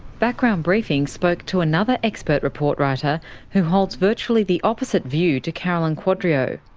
background briefing spoke to another expert report writer who holds virtually the opposite view to carolyn quadrio.